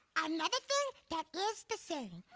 another thing that is the same.